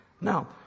Now